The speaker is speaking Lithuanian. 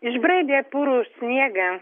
išbraidė purų sniegą